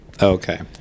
Okay